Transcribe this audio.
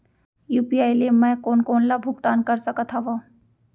UPI ले मैं कोन कोन ला भुगतान कर सकत हओं?